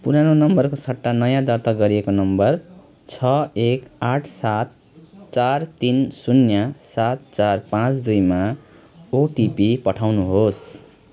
पुरानो नम्बरको सट्टा नयाँ दर्ता गरिएको नम्बर छ एक आठ सात चार तिन शून्य सात चार पाँच दुईमा ओटिपी पठाउनुहोस्